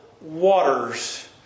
waters